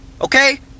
okay